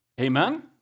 Amen